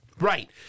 Right